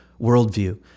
worldview